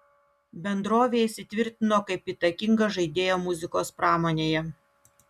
bendrovė įsitvirtino kaip įtakinga žaidėja muzikos pramonėje